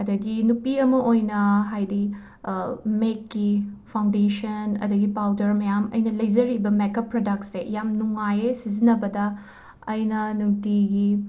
ꯑꯗꯒꯤ ꯅꯨꯄꯤ ꯑꯃ ꯑꯣꯏꯅ ꯍꯥꯏꯗꯤ ꯃꯦꯛꯀꯤ ꯐꯥꯎꯟꯗꯦꯁꯟ ꯑꯗꯒꯤ ꯄꯥꯎꯗꯔ ꯃꯌꯥꯝ ꯑꯩꯅ ꯂꯩꯖꯔꯤꯕ ꯃꯦꯀꯞ ꯄ꯭ꯔꯗꯛꯁꯦ ꯌꯥꯝꯅ ꯅꯨꯡꯉꯥꯏꯌꯦ ꯁꯤꯖꯤꯟꯅꯕꯗ ꯑꯩꯅ ꯅꯨꯡꯇꯤꯒꯤ